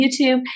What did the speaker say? YouTube